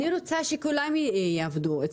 אני רוצה שכולם יעבדו,